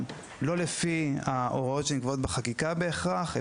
לא לפי ההוראות שנקבעות בחקיקה בהכרח.